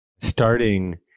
starting